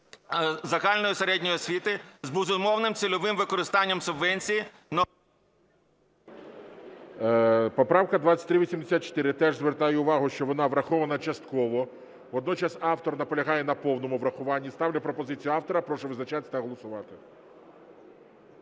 загальної середньої освіти з безумовним цільовим використанням субвенції… ГОЛОВУЮЧИЙ. Поправка 2384, теж звертаю увагу, що вона врахована частково. Водночас автор наполягає на повному врахуванні. Ставлю пропозицію автора. Прошу визначатись та голосувати.